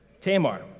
Tamar